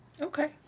Okay